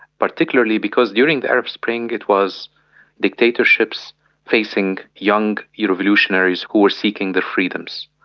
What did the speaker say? particularly because during the arab spring it was dictatorships facing young revolutionaries who were seeking their freedoms,